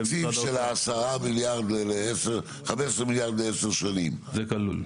באותו תקציב של 15 מיליארד לעשר שנים --- זה כלול.